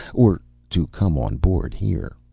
or to come on board here.